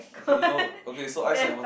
okay you know okay so ice and